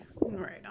Right